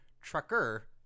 trucker